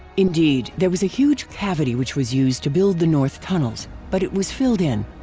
indeed, there was a huge cavity which was used to build the north tunnels, but it was filled in.